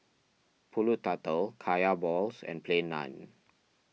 Pulut Tatal Kaya Balls and Plain Naan